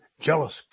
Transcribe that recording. jealous